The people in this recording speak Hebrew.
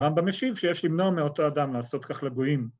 ‫גם במשיב, שיש למנוע מאותו אדם ‫לעשות כך לגויים.